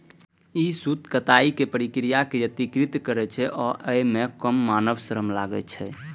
ई सूत कताइक प्रक्रिया कें यत्रीकृत करै छै आ अय मे कम मानव श्रम लागै छै